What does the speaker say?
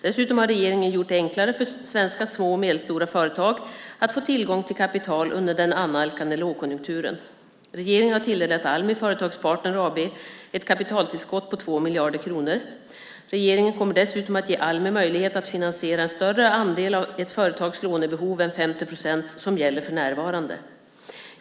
Dessutom har regeringen gjort det enklare för svenska små och medelstora företag att få tillgång till kapital under den annalkande lågkonjunkturen. Regeringen har tilldelat Almi Företagspartner AB ett kapitaltillskott på 2 miljarder kronor. Regeringen kommer dessutom att ge Almi möjlighet att finansiera en större andel av ett företags lånebehov än 50 procent som gäller för närvarande.